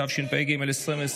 התשפ"ג 2023,